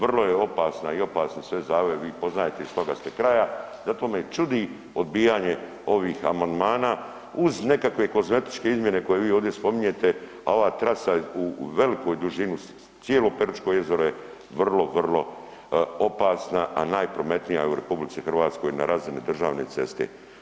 Vrlo je opasna i opasni su sve zavoji, vi poznajete iz toga ste kraja zato me i čudi odbijanje ovih amandmana uz nekakve kozmetičke izmjene koje vi ovdje spominjete, a ova trasa je u velikoj dužini cijelo Peručko jezero je vrlo, vrlo opasna, a najprometnija je u RH na razini državne ceste.